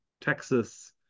Texas